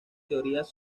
teorías